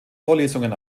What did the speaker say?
vorlesungen